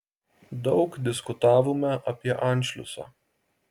daug diskutavome apie anšliusą